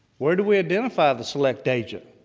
where do we identify the select agent?